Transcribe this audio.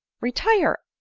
retire!